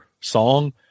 song